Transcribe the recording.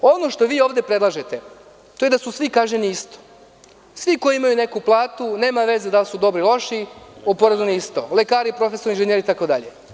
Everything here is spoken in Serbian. Ono što vi ovde predlažete, to je da su svi kažnjeni isto, svi koji imaju neku platu, nema veze da li su dobri, loši, oporezovani su isto, lekari, profesori, inženjeri, itd.